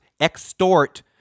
extort